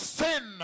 sin